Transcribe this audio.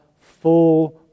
full